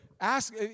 ask